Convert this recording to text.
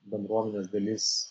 bendruomenės dalis